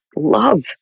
love